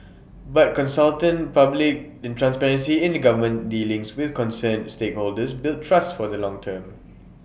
but consultant public in transparency in the government's dealings with concerned stakeholders build trust for the long term